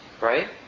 right